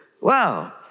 wow